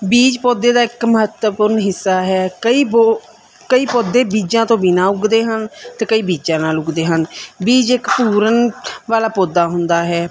ਬੀਜ ਪੌਦੇ ਦਾ ਇੱਕ ਮਹੱਤਵਪੂਰਨ ਹਿੱਸਾ ਹੈ ਕਈ ਬੋ ਕਈ ਪੌਦੇ ਬੀਜਾਂ ਤੋਂ ਬਿੰਨ੍ਹਾਂ ਉੱਗਦੇ ਹਨ ਅਤੇ ਕਈ ਬੀਜਾਂ ਨਾਲ ਉੱਗਦੇ ਹਨ ਬੀਜ ਇੱਕ ਭੂਰਨ ਵਾਲਾ ਪੌਦਾ ਹੁੰਦਾ ਹੈ